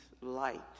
light